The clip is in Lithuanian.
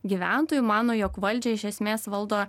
gyventojų mano jog valdžią iš esmės valdo